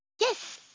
Yes